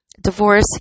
Divorce